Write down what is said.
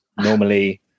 normally